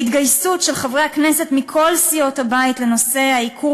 ההתגייסות של חברי הכנסת מכל סיעות הבית לנושא העיקור